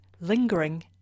lingering